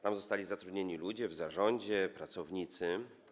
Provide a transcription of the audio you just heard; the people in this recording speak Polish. Tam zostali zatrudnieni ludzie w zarządzie, pracownicy.